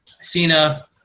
Cena